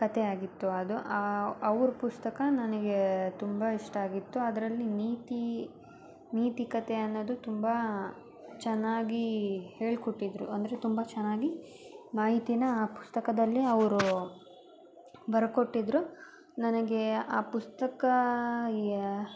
ಕಥೆಯಾಗಿತ್ತು ಅದು ಅವ್ರ ಪುಸ್ತಕ ನನಗೆ ತುಂಬ ಇಷ್ಟ ಆಗಿತ್ತು ಅದರಲ್ಲಿ ನೀತಿ ನೀತಿ ಕಥೆ ಅನ್ನೋದು ತುಂಬ ಚೆನ್ನಾಗಿ ಹೇಳಿಕೊಟ್ಟಿದ್ರು ಅಂದರೆ ತುಂಬ ಚೆನ್ನಾಗಿ ಮಾಹಿತಿನ ಆ ಪುಸ್ತಕದಲ್ಲಿ ಅವರು ಬರ್ಕೊಟ್ಟಿದ್ದರು ನನಗೆ ಆ ಪುಸ್ತಕ